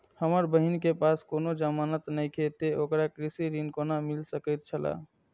हमर बहिन के पास कोनो जमानत नेखे ते ओकरा कृषि ऋण कोना मिल सकेत छला?